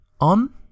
On